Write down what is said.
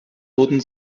wurden